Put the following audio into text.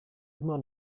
immer